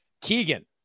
Keegan